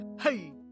Hey